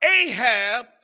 Ahab